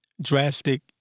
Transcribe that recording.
drastic